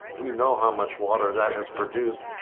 we know how much water that has produced,